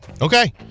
Okay